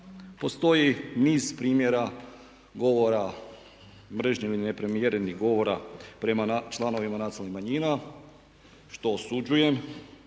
postoji niz primjera, govora, mržnje ili neprimjerenih govora prema članovima nacionalnih manjina što osuđujem